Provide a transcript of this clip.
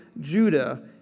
Judah